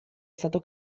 stato